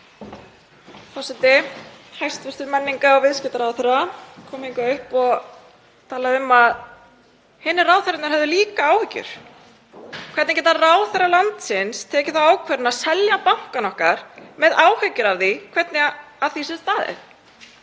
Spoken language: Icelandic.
Forseti. Hæstv. menningar- og viðskiptaráðherra kom hingað upp og talaði um að hinir ráðherrarnir hefðu líka áhyggjur. Hvernig geta ráðherra landsins tekið þá ákvörðun að selja bankana okkar með áhyggjur af því hvernig að því er staðið?